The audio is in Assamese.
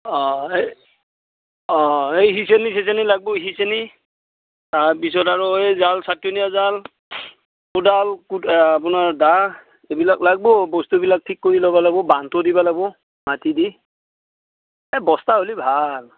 অ এই অ এই সিঁচনি চিচনি লাগিব সিঁচনি তাৰপিছত আৰু এই জাল জাল কোদাল আ আপোনাৰ দা এইবিলাক লাগিব বস্তুবিলাক ঠিক কৰি ল'ব লাগিব বান্ধটো দিব লাগিব মাটি দি এই বস্তা হ'লেই ভাল